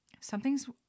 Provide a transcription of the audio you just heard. something's